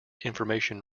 information